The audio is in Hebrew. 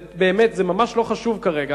זה, הסיפור הפוליטי, ממש לא חשוב כרגע.